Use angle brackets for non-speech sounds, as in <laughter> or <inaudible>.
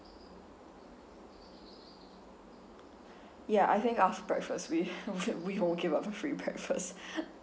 ya I think after breakfast we <laughs> we won't give up a free breakfast